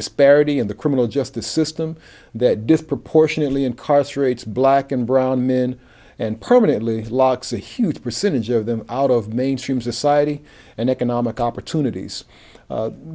disparity in the criminal justice system that disproportionately incarcerates black and brown men and permanently locks a huge percentage of them out of mainstream society and economic opportunities